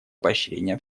поощрения